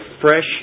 fresh